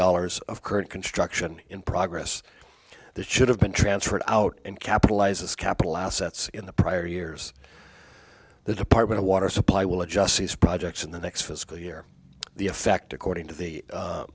dollars of current construction in progress that should have been transferred out in capitalizes capital assets in the prior years the department of water supply will adjust these projects in the next fiscal year the effect according to the